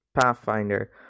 pathfinder